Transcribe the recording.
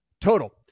total